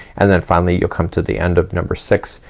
and then finally you'll come to the end of number six,